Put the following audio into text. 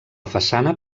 façana